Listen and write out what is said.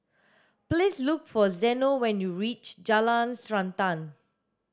please look for Zeno when you reach Jalan Srantan